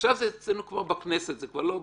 עכשיו זה אצלנו כבר בכנסת, זה כבר לא בממשלה.